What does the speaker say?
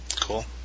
Cool